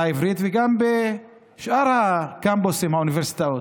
העברית וגם בשאר הקמפוסים באוניברסיטאות.